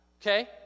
okay